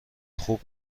خوب